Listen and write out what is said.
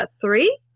three